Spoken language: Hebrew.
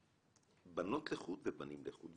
בנות לחוד ובנים לחוד,